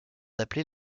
appelés